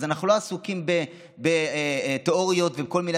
אז אנחנו לא עסוקים בתיאוריות ובכל מיני